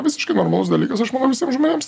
visiškai normalus dalykas aš manau visiems žmonėms